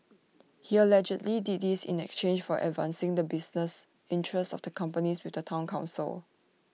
he allegedly did this in exchange for advancing the business interests of the companies with the Town Council